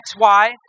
XY